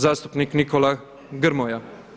Zastupnik Nikola Grmoja.